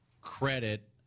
credit